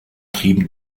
trieben